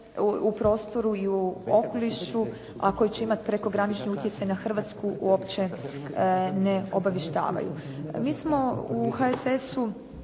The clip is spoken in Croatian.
u prostoru i u okolišu a koji će imati prekogranični utjecaj na Hrvatsku uopće ne obavještavaju. Mi smo u HSS-u